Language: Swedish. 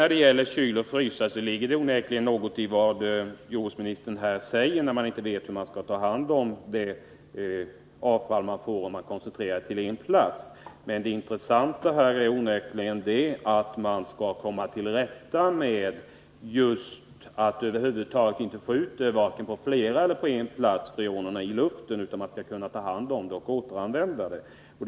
När det gäller kyloch frysanläggningar ligger det onekligen något i vad jordbruksministern här säger, nämligen att man inte vet hur man skall ta hand om avfallet om skrotningen koncentreras till en plats. Men det intressanta i detta sammanhang är att man nu måste komma till rätta med problemet genom att inte släppa ut freonerna i luften vare sig på en eller flera platser utan i stället ta hand om gasen och återanvända den.